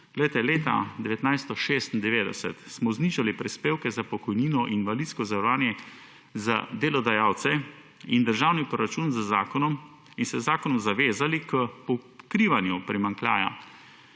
Poglejte, leta 1996 smo znižali prispevke za pokojnino, invalidsko zavarovanje za delodajalce in državni proračun z zakonom in se z zakonom zavezali k pokrivanju primanjkljaja